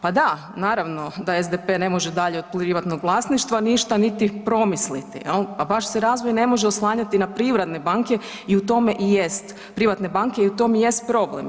Pa da, naravno da SDP ne može dalje od privatnog vlasništva ništa niti promisliti, jel, a baš se razvoj ne može oslanjati na privredne banke i u tome i jest, privatne banke i u tom jest problem.